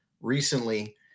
recently